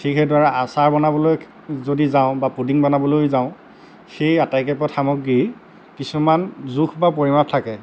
ঠিক সেইদৰে আচাৰ বনাবলৈ যদি যাওঁ বা পুদিং বনাবলৈ যদি যাওঁ সেই আটাইকেইপদ সামগ্ৰী কিছুমান জোখ বা পৰিমাপ থাকে